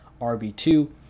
RB2